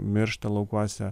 miršta laukuose